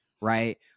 right